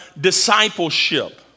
discipleship